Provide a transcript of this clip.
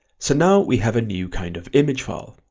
so now we have a new kind of image file.